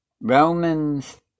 Romans